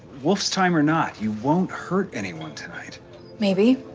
wolf's time or not, you won't hurt anyone tonight maybe.